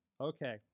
Okay